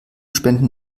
spenden